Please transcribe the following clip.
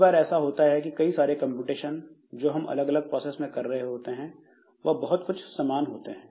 कई बार ऐसा होता है कि कई सारे कंप्यूटेशन जो हम अलग अलग प्रोसेस में कर रहे होते हैं वह बहुत कुछ समान होते हैं